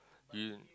you